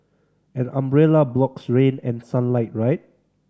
an umbrella blocks rain and sunlight right